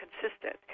consistent